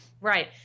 right